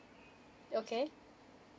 okay